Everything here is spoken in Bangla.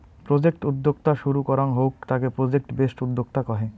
প্রজেক্ট উদ্যোক্তা শুরু করাঙ হউক তাকে প্রজেক্ট বেসড উদ্যোক্তা কহে